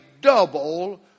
double